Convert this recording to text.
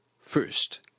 First